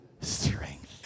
strength